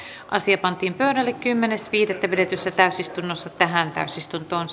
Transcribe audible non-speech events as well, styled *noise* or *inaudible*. asia pantiin pöydälle kymmenes viidettä kaksituhattaseitsemäntoista pidetyssä täysistunnossa tähän täysistuntoon *unintelligible*